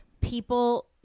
people